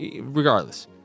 regardless